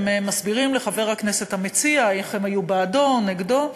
הם מסבירים לחבר הכנסת המציע איך הם היו בעדו או נגדו.